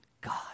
God